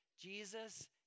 Jesus